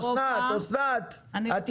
אסנת, רגע.